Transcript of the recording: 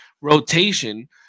rotation